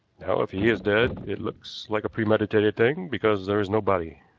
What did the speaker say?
now, if he is dead, it looks like a premeditated thing, because there is no body.